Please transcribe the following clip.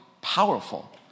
powerful